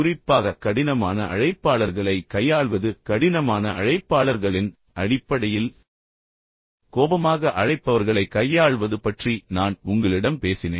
குறிப்பாக கடினமான அழைப்பாளர்களை கையாள்வது கடினமான அழைப்பாளர்களின் அடிப்படையில் கோபமாக அழைப்பவர்களைக் கையாள்வது பற்றி நான் உங்களிடம் பேசினேன்